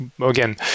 again